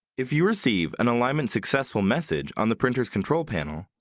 if you receive an alignment successful message on the printer's control panel,